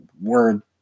word